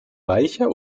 weicher